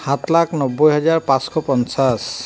সাত লাখ নব্বৈ হাজাৰ পাঁচশ পঞ্চাছ